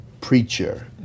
preacher